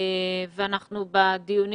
בדיון